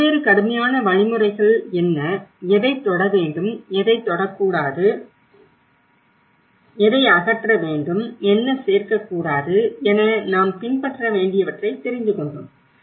பல்வேறு கடுமையான வழிமுறைகள் என்ன எதைத் தொட வேண்டும் எதைத் தொடக்கூடாது எதை அகற்ற வேண்டும் என்ன சேர்க்கக்கூடாது என நாம் பின்பற்ற வேண்டியவற்றை தெரிந்து கொண்டோம்